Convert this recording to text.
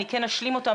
אני כן אשלים אותם,